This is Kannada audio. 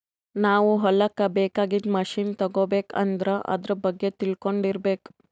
ನಾವ್ ಹೊಲಕ್ಕ್ ಬೇಕಾಗಿದ್ದ್ ಮಷಿನ್ ತಗೋಬೇಕ್ ಅಂದ್ರ ಆದ್ರ ಬಗ್ಗೆ ತಿಳ್ಕೊಂಡಿರ್ಬೇಕ್